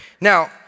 Now